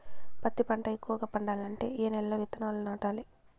పత్తి పంట ఎక్కువగా పండాలంటే ఏ నెల లో విత్తనాలు నాటాలి?